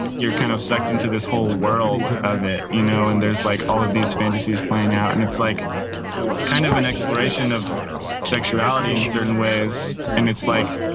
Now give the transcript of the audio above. you're kind of sucked into this whole world of it, you know, and there's like all of these fantasies playing out and it's like kind of an exploration of sexuality in certain ways. and it's like